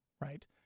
right